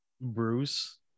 Bruce